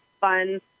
fun